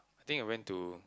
I think I went to